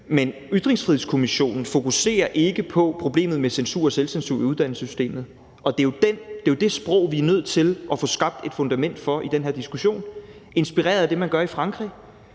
Men Ytringsfrihedskommissionen fokuserer ikke på problemet med censur og selvcensur i uddannelsessystemet, og det er jo det sprog, vi er nødt til at få skabt et fundament for i den her diskussion, inspireret af det, man gør i Frankrig,